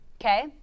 Okay